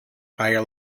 higher